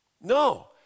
No